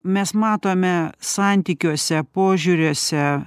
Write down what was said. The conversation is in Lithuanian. mes matome santykiuose požiūriuose